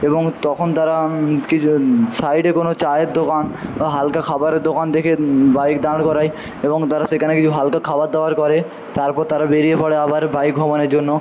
এবং তখন তারা কিছু সাইডে কোনো চায়ের দোকান হালকা খাবারের দোকান দেখে বাইক দাঁড় করায় এবং তারা সেখানে হালকা খাবার দাবার করে তারপর তারা বেরিয়ে পড়ে আবার বাইক ভ্রমণের জন্য